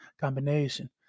Combination